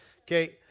Okay